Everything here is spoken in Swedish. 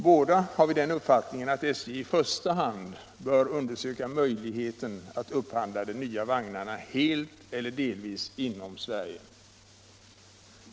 Båda har vi den uppfattningen att SJ i första hand bör undersöka möjligheten att upphandla de nya vagnarna helt eller delvis inom Sverige.